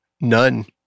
None